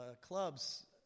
clubs